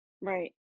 right